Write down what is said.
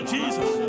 Jesus